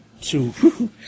Two